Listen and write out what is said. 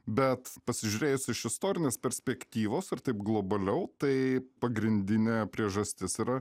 bet pasižiūrėjus iš istorinės perspektyvos ar taip globaliau tai pagrindinė priežastis yra